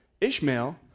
Ishmael